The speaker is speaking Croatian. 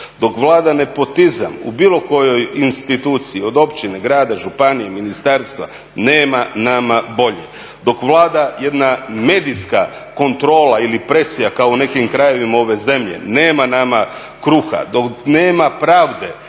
Dok vlada nepotizam u bilo kojoj instituciji od općine, grada, županije, ministarstva nema nama bolje. Dok vlada jedna medijska kontrola ili presija kao u nekim krajevima ove zemlje nema nama kruha. Dok nema pravde